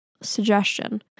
Suggestion